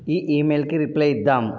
ఈ ఇమెయిల్కి రిప్లై ఇద్దాం